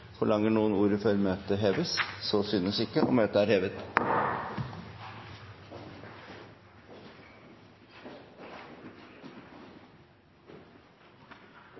Forlanger noen ordet før møtet heves? – Møtet er hevet.